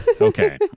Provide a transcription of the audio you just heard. okay